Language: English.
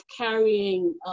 carrying